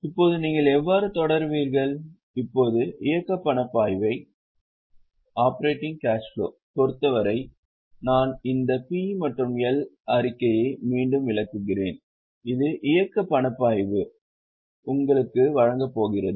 இப்போது நீங்கள் எவ்வாறு தொடருவீர்கள் இப்போது இயக்க பணப்பாய்வை பொறுத்தவரை நான் இந்த P மற்றும் L அறிக்கையைத் மீண்டும் விளக்குகிறேன் இது இயக்க பணப்பாய்வை உங்களுக்கு வழங்கப் போகிறது